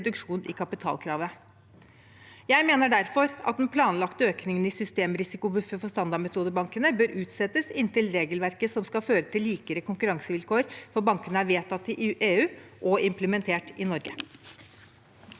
Jeg mener derfor at den planlagte økningen i systemrisikobuffer for standardmetodebankene bør utsettes inntil regelverket som skal føre til likere konkurransevilkår for bankene, er vedtatt i EU og implementert i Norge.